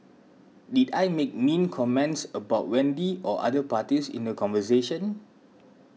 did I make mean comments about Wendy or other parties in the conversation